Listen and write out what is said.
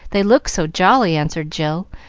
they look so jolly, answered jill,